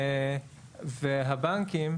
הבנקים,